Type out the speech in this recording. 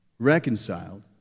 Reconciled